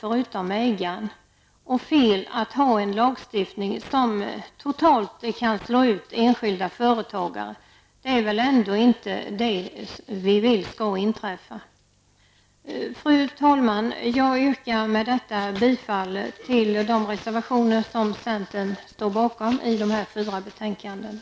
Det är fel att ha en lagstiftning som totalt kan slå ut enskilda företagare. Det är väl ändå inte något som vi vill skall inträffa. Fru talman! Jag yrkar med detta bifall till de reservationer i dessa betänkanden som centern står bakom.